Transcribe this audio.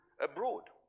abroad